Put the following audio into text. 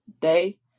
day